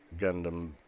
Gundam